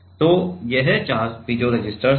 तो ये चार पीजो रेसिस्टर हैं